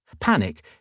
Panic